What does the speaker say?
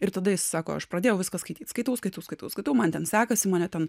ir tada jisai sako aš pradėjau viską skaityt skaitau skaitau skaitau skaitau man ten sekasi mane ten